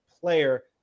player